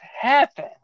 happen